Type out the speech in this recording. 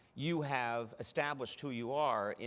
you have established who you are,